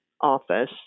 office